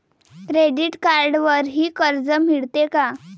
Credit कार्डवरही कर्ज मिळते का?